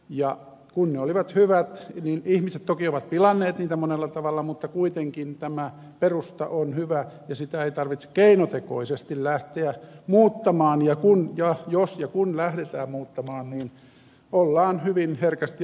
ja kun ne olivat hyvät ihmiset toki ovat pilanneet sitä monella tavalla niin kuitenkin tämä perusta on hyvä ja sitä ei tarvitse keinotekoisesti lähteä muuttamaan ja jos ja kun lähdetään muuttamaan ollaan hyvin herkästi arveluttavalla tiellä